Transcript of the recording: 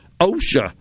OSHA